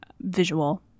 visual